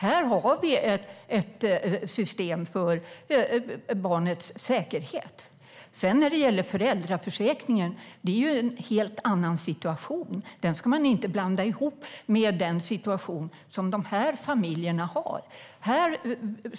Här finns det ett system för barnets säkerhet. Föräldraförsäkringen gäller ju en helt annan situation. Den ska man inte blanda ihop med situationen för dessa familjer.